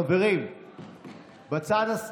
חברים בצד הזה